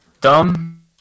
Dumb